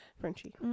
Frenchie